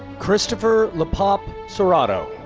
christopher lapop cerrato.